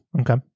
okay